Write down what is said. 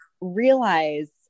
realize